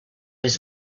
his